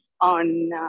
on